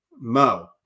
Mo